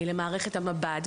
למערכת המב"ד,